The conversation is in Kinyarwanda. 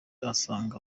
asanga